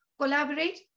collaborate